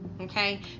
okay